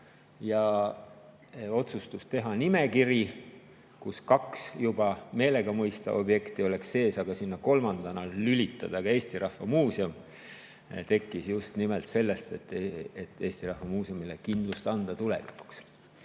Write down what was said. Otsustus teha nimekiri, kus kaks juba meelega mõista objekti oleks sees, aga sinna kolmandana lülitada ka Eesti Rahva Muuseum, tekkis just nimelt sellest, et Eesti Rahva Muuseumile anda kindlust tulevikuks.